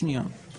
שחפה מכל עוגן,